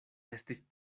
estis